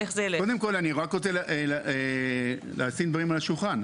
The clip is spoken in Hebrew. קודם כל אני רק רוצה לשים דברים על השולחן,